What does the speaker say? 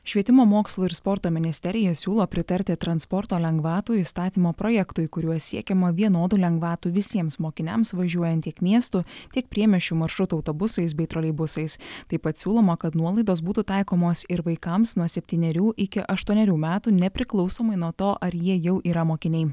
švietimo mokslo ir sporto ministerija siūlo pritarti transporto lengvatų įstatymo projektui kuriuo siekiama vienodų lengvatų visiems mokiniams važiuojant tiek miestų tiek priemiesčių maršrutų autobusais bei troleibusais taip pat siūloma kad nuolaidos būtų taikomos ir vaikams nuo septynerių iki aštuonerių metų nepriklausomai nuo to ar jie jau yra mokiniai